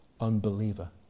unbeliever